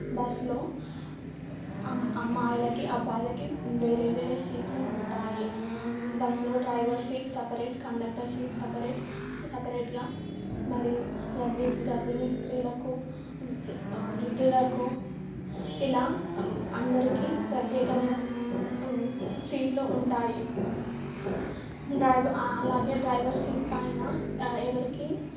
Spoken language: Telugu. బస్లో అమ్ అమ్మాయిలకి అబ్బాయిలకి వేరే వేరే సీట్లు ఉంటాయి బస్సులో driver seat separate conductor seat separate సపరేట్గా మరియు గర్భి గర్భిణీ స్త్రీలకు వృద్ధులకు ఇలా అందరికి ప్రత్యేకమైన సీట్లు ఉంటాయి డ్రైవర్ అలాగే డ్రైవర్ సీట్ పైన ఎవరికి